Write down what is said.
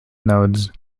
nodes